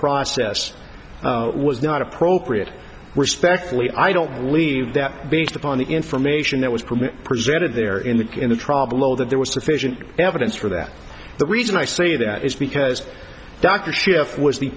process was not appropriate respectfully i don't believe that based upon the information that was permitted presented there in the in the trial below that there was sufficient evidence for that the reason i say that is because dr schiff was the